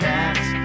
Cats